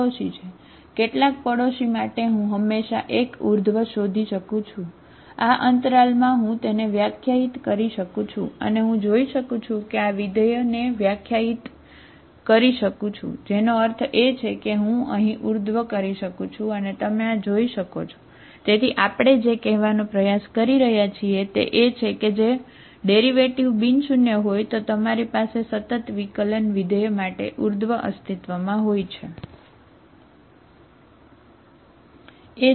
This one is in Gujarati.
તેથી કેટલાક પડોશી માટે હું હંમેશા એક ઉર્ધ્વ અસ્તિત્વમાં હોય છે બરાબર